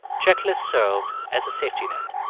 checklists served as a safety net.